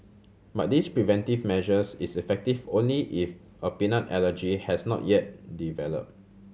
but this preventive measures is effective only if a peanut allergy has not yet develop